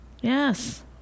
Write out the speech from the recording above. Yes